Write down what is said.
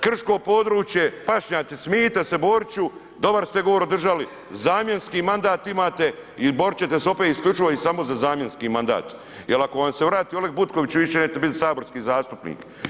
Krško područje, pašnjaci, smijte se Boriću, dobar ste govor održali, zamjenski mandat imate i boriti ćete se opet isključivo i samo za zamjenski mandat jer ako vam se vrati Oleg Butković više nećete biti saborski zastupnik.